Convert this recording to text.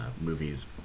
movies